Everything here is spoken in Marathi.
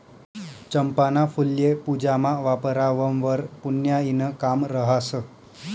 चंपाना फुल्ये पूजामा वापरावंवर पुन्याईनं काम रहास